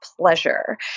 pleasure